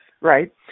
right